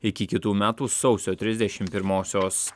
iki kitų metų sausio trisdešim pirmosios